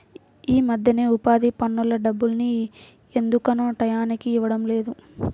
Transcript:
యీ మద్దెన ఉపాధి పనుల డబ్బుల్ని ఎందుకనో టైయ్యానికి ఇవ్వడం లేదు